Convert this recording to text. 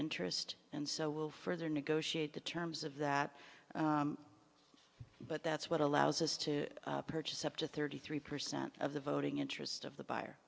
interest and so will further negotiate the terms of that but that's what allows us to purchase up to thirty three percent of the voting interest of the buyer